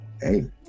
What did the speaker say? hey